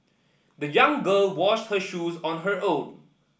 the young girl washed her shoes on her own